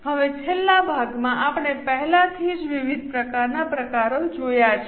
હવે છેલ્લા ભાગમાં આપણે પહેલાથી જ વિવિધ પ્રકારનાં પ્રકારો જોયા છે